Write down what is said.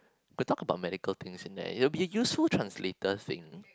to talk about medical things in there it'll be useful translator thing